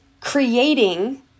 creating